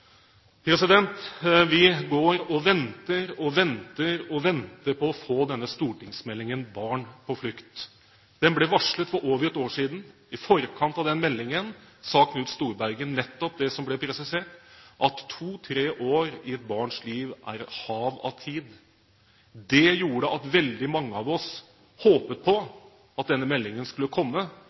Vi går og venter og venter og venter på å få stortingsmeldingen Barn på flukt. Den ble varslet for over ett år siden. I forkant av den meldingen sa Knut Storberget nettopp det som ble presisert, at to–tre år i et barns liv er et hav av tid. Det gjorde at veldig mange av oss håpet på at denne meldingen skulle komme